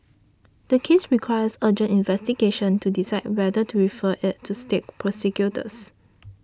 the case requires urgent investigation to decide whether to refer it to state prosecutors